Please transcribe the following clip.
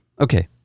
Okay